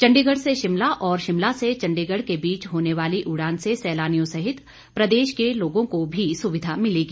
चंडीगढ़ से शिमला और शिमला से चंडीगढ़ के बीच होने वाली इस उड़ान से सैलानियों सहित प्रदेश के लोगों को भी सुविधा मिलेगी